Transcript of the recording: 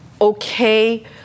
okay